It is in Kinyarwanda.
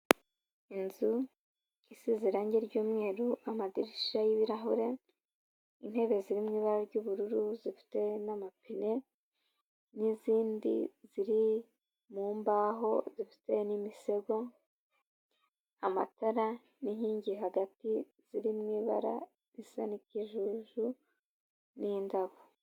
Inzu isize irangi ry'umweru, amadirishya y'ibirahure, intebe ziri mu ibara ry'ubururu zifite n'amapine, n'izindi ziri mu mbaho zifite n'imisego, amatara n'inkingi hagati ziriho ibara risa n'ikijuju n'indabo.